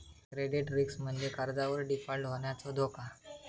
credit risk म्हणजे कर्जावर default होण्याचो धोका